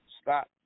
stop